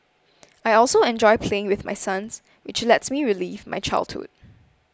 I also enjoy playing with my sons which lets me relive my childhood